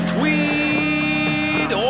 Tweed